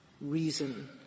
reason